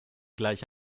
gleich